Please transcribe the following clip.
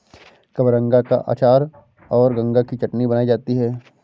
कबरंगा का अचार और गंगा की चटनी बनाई जाती है